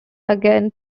again